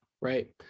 right